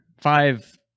five